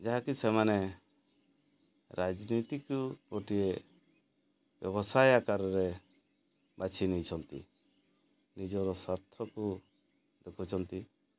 ଯାହାକି ସେମାନେ ରାଜନୀତିକୁ ଗୋଟିଏ ବ୍ୟବସାୟ ଆକାରରେ ବାଛି ନେଇଛନ୍ତି ନିଜର ସ୍ୱାର୍ଥକୁ ଦେଖୁଛନ୍ତି